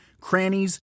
crannies